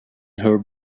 her